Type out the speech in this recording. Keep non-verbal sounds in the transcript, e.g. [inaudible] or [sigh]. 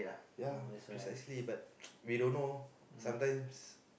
ya precisely but [noise] we don't know sometimes